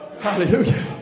Hallelujah